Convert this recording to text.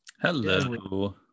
Hello